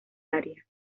área